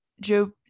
Joe